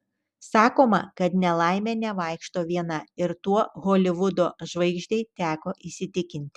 sakoma kad nelaimė nevaikšto viena ir tuo holivudo žvaigždei teko įsitikinti